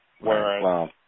Whereas